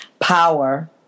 power